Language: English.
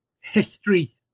history